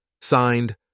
signed